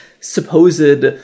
supposed